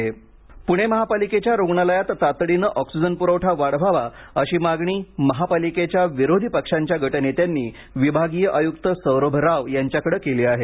खाटा पुणे महापालिकेच्या रुग्णालयात तातडीनं ऑक्सिजन पुरवठा वाढवावाअशी मागणी महापालिकेच्या विरोधी पक्षांच्या गटनेत्यांनी विभागीय आयुक्त सौरभ राव यांच्याकडे केली आहे